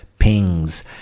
pings